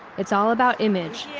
it's all about image.